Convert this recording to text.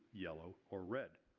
yellow or red.